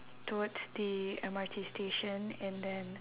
towards the M_R_T station and then